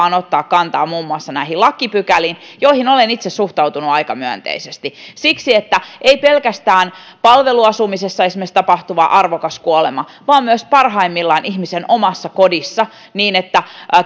on ottaa kantaa muun muassa näihin lakipykäliin joihin olen itse suhtautunut aika myönteisesti siksi että siellä ei ole esimerkiksi pelkästään palveluasumisessa tapahtuva arvokas kuolema vaan myös parhaimmillaan kuolema ihmisen omassa kodissa niin että